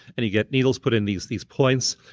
and you get needles put in these these points,